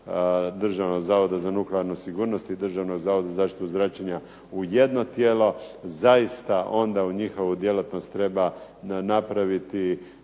Državnog zavoda za nuklearnu sigurnost i Državnog zavoda za zaštitu od zračenja u jedno tijelo, zaista u ovu njihovu djelatnost treba napraviti